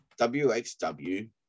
wxw